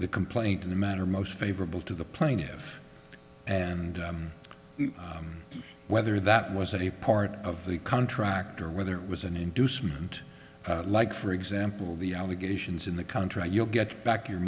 the complaint in the matter most favorable to the plaintiff and whether that was a part of the contract or whether it was an inducement like for example the allegations in the country you'll get back your